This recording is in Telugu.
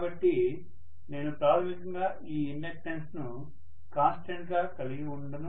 కాబట్టి నేను ప్రాథమికంగా ఈ ఇండక్టెన్స్ ను కాన్స్టెంట్ గా కలిగి ఉండను